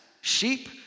Sheep